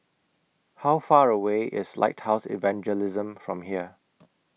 How Far away IS Lighthouse Evangelism from here